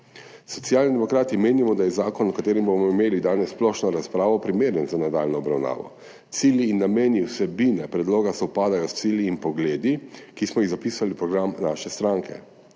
Socialni demokrati menimo, da je zakon, o katerem bomo imeli danes splošno razpravo, primeren za nadaljnjo obravnavo. Cilji in nameni vsebine predloga sovpadajo s cilji in pogledi, ki smo jih zapisali v program naše stranke.